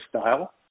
style